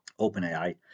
OpenAI